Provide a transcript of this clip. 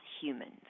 humans